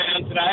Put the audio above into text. today